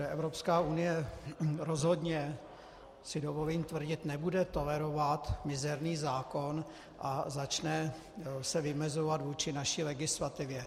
Evropská unie rozhodně, dovolím si tvrdit, nebude tolerovat mizerný zákon a začne se vymezovat vůči naší legislativě.